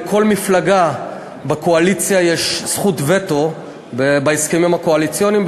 לכל מפלגה בקואליציה יש זכות וטו בהסכמים הקואליציוניים.